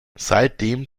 seitdem